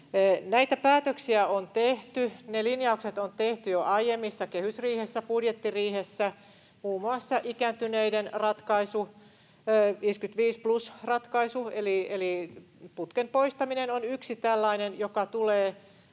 Näitä päätöksiä on tehty. Ne linjaukset on tehty jo aiemmissa kehysriihissä, budjettiriihessä. Muun muassa ikääntyneiden ratkaisu, 55 plus ‑ratkaisu eli putken poistaminen, on yksi tällainen, joka tulee